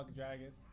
dragon